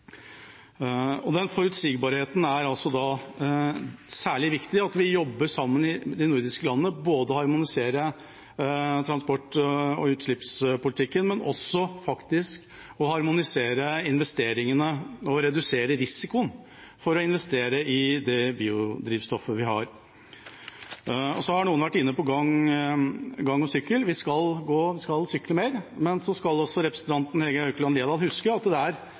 Og når det gjelder forutsigbarhet, er det særlig viktig at vi i de nordiske landene jobber sammen, både for å harmonisere transport- og utslippspolitikken og for å harmonisere investeringene og redusere risikoen for å investere i det biodrivstoffet vi har. Så har noen vært inne på gange og sykkel. Vi skal gå og sykle mer, men så skal også representanten Hege Haukeland Liadal huske at det er